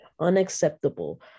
unacceptable